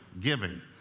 giving